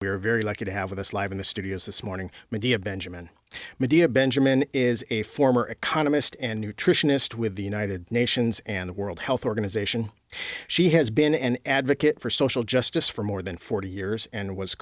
are very lucky to have with us live in the studios this morning medea benjamin medea benjamin is a former economist and nutritionist with the united nations and the world health organization she has been an advocate for social justice for more than forty years and was